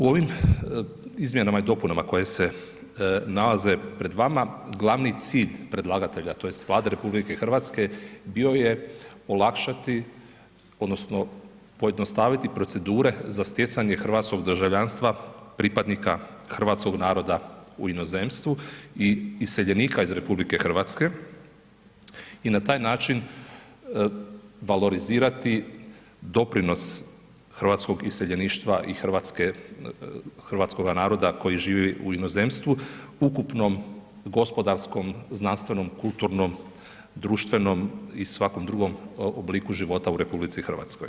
U ovim izmjenama i dopunama koje se nalaze pred vama, glavni cilj predlagatelja tj. Vlade RH bio je olakšati odnosno pojednostaviti procedure za stjecanje hrvatskog državljanstva pripadnika hrvatskog naroda u inozemstvu i iseljenika iz RH i na taj način valorizirati doprinos hrvatskog iseljeništva i hrvatskoga naroda koji živi u inozemstvu ukupnom gospodarskom, znanstvenom, kulturnom, društvenom i svakom drugom obliku života u RH.